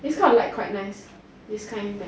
this kind of like quite nice this kind like